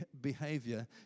behavior